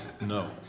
No